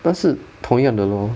但是同样的 lor